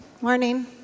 Morning